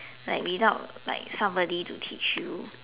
like without like somebody to teach you